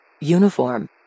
Uniform